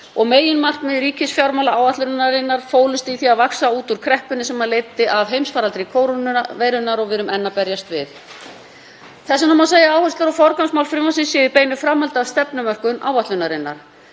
og meginmarkmið ríkisfjármálaáætlunarinnar fólust í því að vaxa út úr kreppunni sem leiddi af heimsfaraldri kórónuveirunnar og við erum enn að berjast við. Þess vegna má segja að áherslur og forgangsmál frumvarpsins séu í beinu framhaldi af stefnumörkun áætlunarinnar.